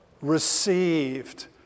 Received